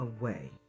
Away